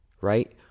right